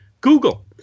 Google